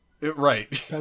right